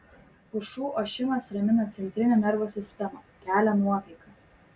pušų ošimas ramina centrinę nervų sistemą kelia nuotaiką